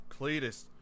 Cletus